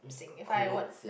signify what